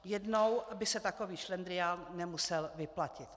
Jednou by se takový šlendrián nemusel vyplatit.